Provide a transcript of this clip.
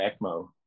ECMO